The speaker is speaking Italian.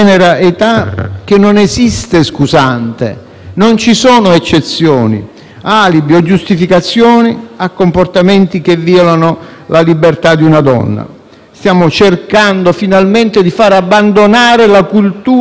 non ci sono eccezioni, alibi o giustificazioni a comportamenti che violano la libertà di una donna. Stiamo cercando, finalmente, di far abbandonare la cultura che prevedeva ruoli fissi e immutabili,